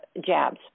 jabs